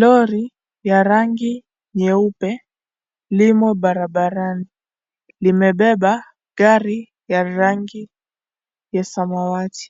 Lori ya rangi nyeupe limo barabarani. Limebeba gari ya rangi ya samawati.